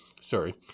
sorry